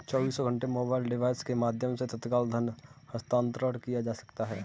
चौबीसों घंटे mobile device के माध्यम से तत्काल धन हस्तांतरण किया जा सकता है